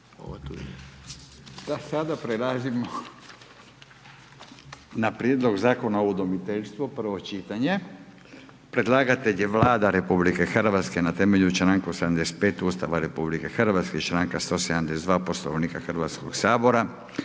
evo tu je